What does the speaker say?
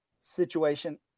situation